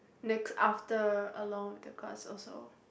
naked after along the glass also